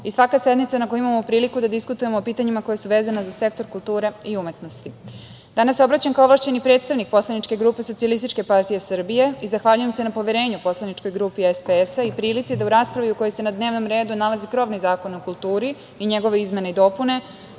i svaka sednica na kojoj imamo priliku da diskutujemo o pitanjima koja su vezana za sektor kulture i umetnosti. Danas se obraćam kao ovlašćeni predstavnik Poslaničke grupe Socijalističke partije Srbije i zahvaljujem se na poverenju Poslaničkoj grupi SPS i prilici da u raspravi, u kojoj se na dnevnom redu nalazi krovni Zakon o kulturi i njegove izmene i dopune,